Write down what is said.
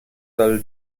dal